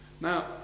Now